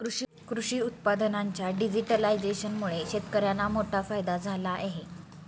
कृषी उत्पादनांच्या डिजिटलायझेशनमुळे शेतकर्यांना मोठा फायदा झाला आहे